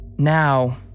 Now